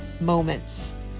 moments